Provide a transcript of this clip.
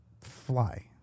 fly